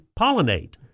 pollinate